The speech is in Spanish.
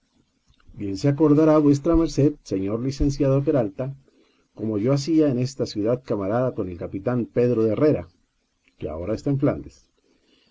bien se acordará v m señor licenciado peralta cómo yo hacía en esta ciudad camarada con el capitán pedro de herrera que